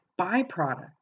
byproduct